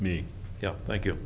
me yeah thank you